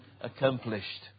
accomplished